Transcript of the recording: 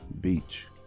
beach